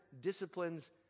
disciplines